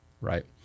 right